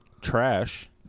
trash